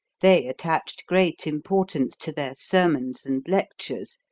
they attached great importance to their sermons and lectures,